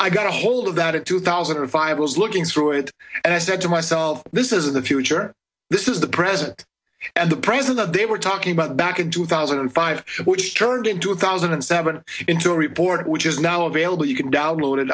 i got a hold of that in two thousand and five was looking through it and i said to myself this isn't the future this is the present and the present that they were talking about back in two thousand and five which turned into one thousand and seven into a report which is now available you can download it